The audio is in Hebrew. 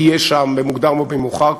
יהיה שם במוקדם או במאוחר,